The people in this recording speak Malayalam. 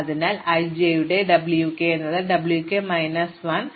അതിനാൽ ij യുടെ W k എന്നത് W k minus 1 i j ന് തുല്യമാണെന്ന് എനിക്ക് പറയാൻ കഴിയും